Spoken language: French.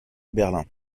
berlin